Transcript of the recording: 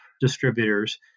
Distributors